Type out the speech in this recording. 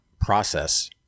process